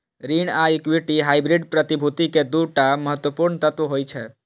ऋण आ equity hybrid प्रतिभूति के दू टा महत्वपूर्ण तत्व होइ छै